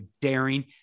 daring